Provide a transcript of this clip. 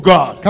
God